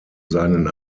seinen